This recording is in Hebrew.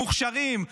מוכשרים,